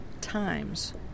times